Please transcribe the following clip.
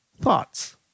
thoughts